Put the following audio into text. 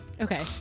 Okay